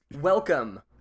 welcome